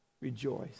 rejoice